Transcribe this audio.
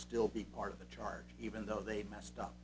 still be part of the charge even though they've messed up